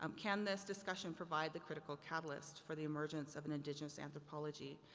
um can this discussion provide the critical catalyst for the emergence of an indigenous anthropology,